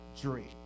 dream